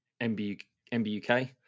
MBUK